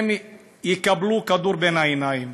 הם יקבלו כדור בין העיניים,